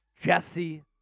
Jesse